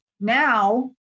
Now